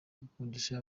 gukundisha